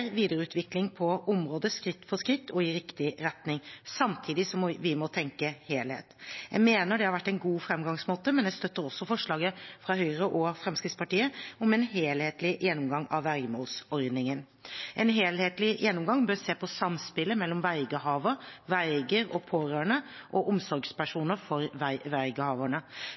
på området skritt for skritt og i riktig retning, samtidig som vi må tenke helhet. Jeg mener at det har vært en god fremgangsmåte, men jeg støtter også forslaget fra Høyre og Fremskrittspartiet om en helhetlig gjennomgang av vergemålsordningen. En helhetlig gjennomgang bør se på samspillet mellom vergehaver, verger og pårørende og omsorgspersoner for vergehaverne.